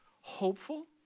hopeful